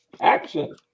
action